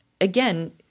again